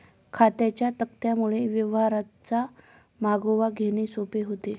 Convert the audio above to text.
खात्यांच्या तक्त्यांमुळे व्यवहारांचा मागोवा घेणे सोपे होते